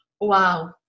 wow